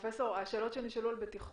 לתוך הגנום שלנו ולעשות שם נזק הרבה יותר קטן,